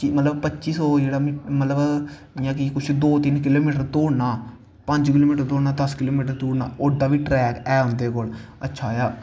पच्ची सौ मतलव जियां कि कुश दो तिन्न किलो मीटर दौड़ना पंज किलो मीचर दौड़ना दस किलो मीटर दौड़ना ओडा बी ट्रैक है उंदे कोल अच्छा जेहा